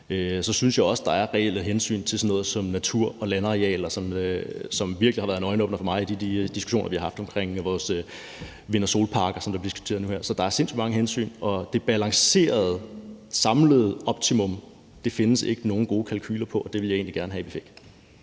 Så synes jeg også, at der er reelle hensyn at tage til sådan noget som natur og landarealer, som virkelig har været en øjenåbner for mig i de diskussioner, vi har haft omkring vores vind- og solparker, som det bliver diskuteret nu her. Så der er sindssyg mange hensyn at tage. Det balancerede, samlede optimum findes der ikke nogen gode kalkuler på, og det ville jeg egentlig gerne have vi fik.